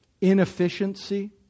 inefficiency